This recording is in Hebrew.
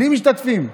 בלי משתתפים,